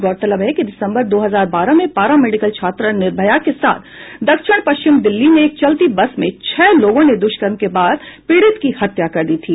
गौरतलब है कि दिसंबर दो हजार बारह में पैरा मेडिकल छात्रा निर्भया के साथ दक्षिण पश्चिम दिल्ली में एक चलती बस में छह लोगों ने द्वष्कर्म के बाद पीड़ित की हत्या कर दी थी